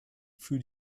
für